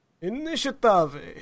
Initiative